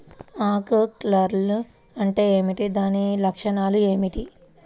ఆకు కర్ల్ అంటే ఏమిటి? దాని లక్షణాలు ఏమిటి?